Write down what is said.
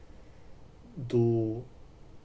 do